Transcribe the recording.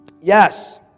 Yes